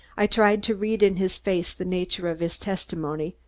i tried to read in his face the nature of his testimony,